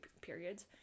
periods